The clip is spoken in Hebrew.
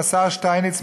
השר שטייניץ,